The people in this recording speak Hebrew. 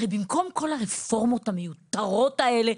הרי במקום כל הרפורמות המיותרות האלה,